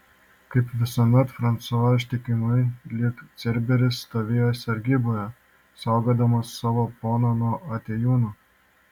kaip visuomet fransua ištikimai lyg cerberis stovėjo sargyboje saugodamas savo poną nuo atėjūnų